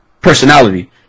personality